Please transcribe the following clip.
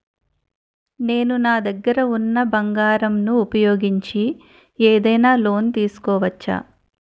నేను నా దగ్గర ఉన్న బంగారం ను ఉపయోగించి ఏదైనా లోన్ తీసుకోవచ్చా?